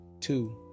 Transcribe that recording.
two